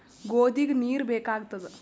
ಗೋಧಿಗ ನೀರ್ ಬೇಕಾಗತದ?